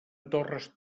torres